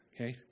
okay